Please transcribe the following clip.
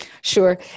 Sure